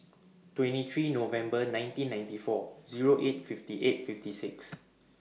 twenty three November nineteen ninety four Zero eight fifty eight fifty six